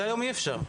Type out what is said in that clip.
זה היום אי-אפשר.